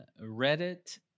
Reddit